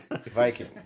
Viking